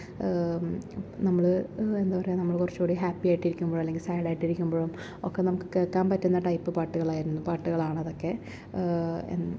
നമ്മള് എന്താ പറയുക നമ്മള് കുറച്ചുംകൂടി ഹാപ്പിയായിട്ടിരിക്കുമ്പൊഴും അല്ലെങ്കിൽ സാടായിട്ടിരിക്കുമ്പൊഴും ഒക്കെ നമുക്ക് കേൾക്കാൻ പറ്റുന്ന ടൈപ്പ് പാട്ടുകളായിരുന്നു പാട്ടുകളാണ് ഇതൊക്കെ എൻ